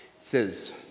says